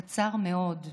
קצר מאוד.